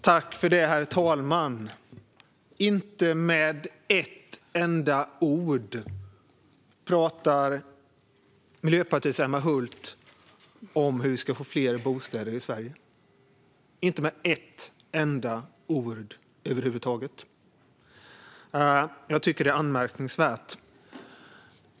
Herr talman! Inte med ett enda ord talar Miljöpartiets Emma Hult om hur vi ska få fler bostäder i Sverige, inte med ett enda ord över huvud taget. Jag tycker att det är anmärkningsvärt.